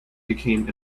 became